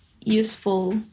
useful